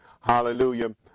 Hallelujah